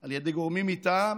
על ידי גורמים מטעם